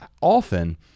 often